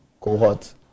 cohort